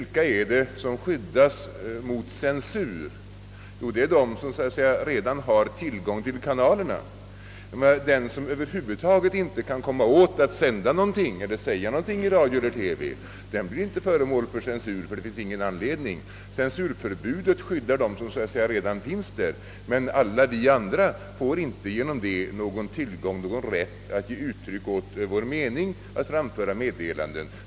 Vilka är det som skyddas mot censur? Jo, det är de som redan har tillgång till kanalerna. Men den som över huvud taget inte kan komma åt att sända någonting eller yttra sig i radio eller TV skyddas inte av censurförbudet. Detta skyddar bara dem som redan har sändningsmöjligheter. Alla vi andra får därför inte rätt att denna väg ge uttryck åt vår mening eller framföra meddelanden.